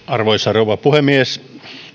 arvoisa rouva puhemies